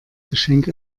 geschenk